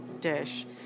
dish